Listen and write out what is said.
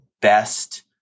best